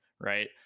right